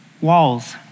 walls